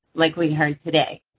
like we heard today.